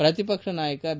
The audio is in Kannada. ಪ್ರತಿಪಕ್ಷ ನಾಯಕ ಬಿ